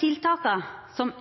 Tiltaka som